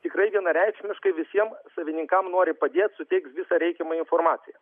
tikrai vienareikšmiškai visiem savininkam nori padėt suteikt visą reikiamą informaciją